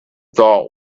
thought